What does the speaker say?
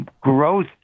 growth